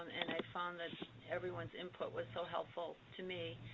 and i found that everyone's input was so helpful to me